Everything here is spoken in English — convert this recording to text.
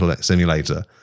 Simulator